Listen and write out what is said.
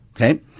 Okay